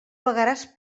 pagaràs